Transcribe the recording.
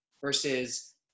versus